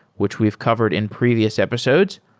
which we've covered in previous episodes.